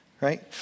right